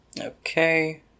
Okay